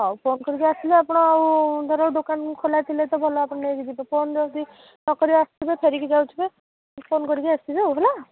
ହଉ ଫୋନ୍ କରି ଆସିଲେ ଆପଣ ଆଉ ଧର ଦୋକାନ ଖୋଲା ଥିଲେ ତ ଭଲ ଆପଣ ନେଇ କି ଯିବେ ଫୋନ୍ ଯଦି ନ କରି ଆସିବେ ଫେରିକି ଯାଉଥିବେ ବିଶ୍ରାମ କରି କି ଆସିବେ ଆଉ ହେଲା